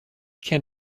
can